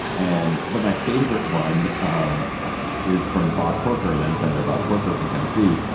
and but my favorite one um is from bob corker, then senator bob corker from tennessee,